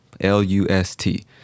L-U-S-T